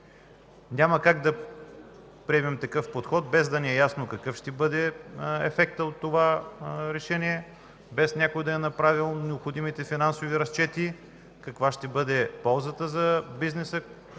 Няма как да приемем такъв подход без да ни е ясно какъв ще бъде ефектът от това решение, без някой да е направил необходимите финансови разчети, каква ще бъде ползата за бизнеса,